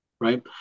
Right